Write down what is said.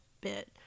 bit